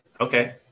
Okay